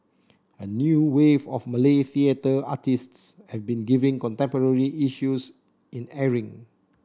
a new wave of Malay theatre artists have been giving contemporary issues in airing